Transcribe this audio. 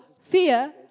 fear